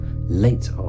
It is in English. Late